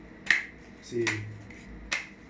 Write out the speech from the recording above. see